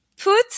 Put